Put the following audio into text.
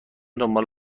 دنبال